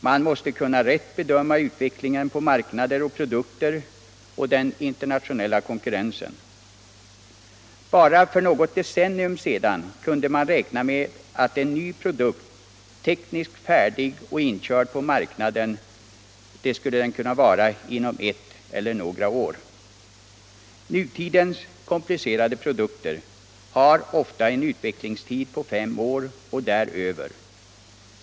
Man måste kunna rätt bedöma utvecklingen på marknader och produkter och den internationella konkurrensen. Bara för något decennium sedan kunde man räkna med att ha en ny produkt tekniskt färdig och inkörd på marknaden inom ett eller några år. Nutidens komplicerade produkter har ofta en utveck lingstid på fem år och däröver.